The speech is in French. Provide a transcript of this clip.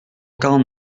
quarante